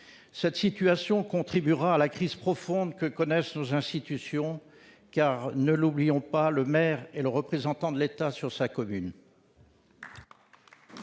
cette situation contribuera à la crise profonde que connaissent nos institutions. Ne l'oublions pas, le maire est le représentant de l'État dans sa commune.